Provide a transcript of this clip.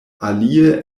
alie